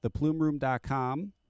theplumeroom.com